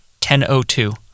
10.02